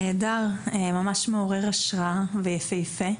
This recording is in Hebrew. נהדר, ממש מעורר השראה ויפיפה.